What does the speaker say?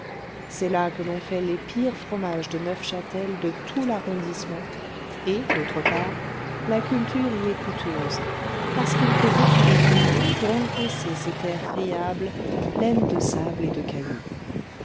c'est là que l'on fait les pires fromages de neufchâtel de tout l'arrondissement et d'autre part la culture y est coûteuse parce qu'il faut beaucoup de fumier pour engraisser ces terres friables pleines de sable et de cailloux